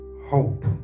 hope